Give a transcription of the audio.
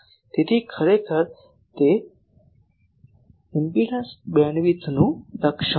તેથી ખરેખર તે ઇમ્પેડંસ બેન્ડવિડ્થનું લક્ષણ છે